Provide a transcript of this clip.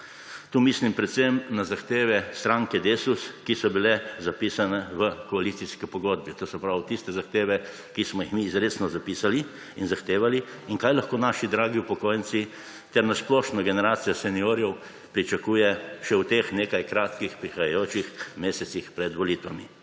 Tukaj mislim predvsem na zahteve stranke Desus, ki so bile zapisane v koalicijski pogodbi, to se pravi, tiste zahteve, ki smo jih mi izrecno zapisali in zahtevali. Kaj lahko naši dragi upokojenci ter na splošno generacija seniorjev še pričakuje v teh nekaj kratkih prihajajočih mesecih pred volitvami?